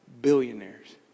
billionaires